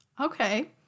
okay